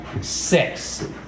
six